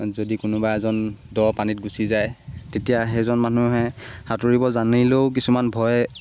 যদি কোনোবা এজন দ পানীত গুচি যায় তেতিয়া সেইজন মানুহে সাঁতুৰিব জানিলেও কিছুমান ভয়